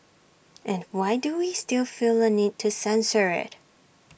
and why do we still feel A need to censor IT